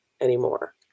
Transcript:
anymore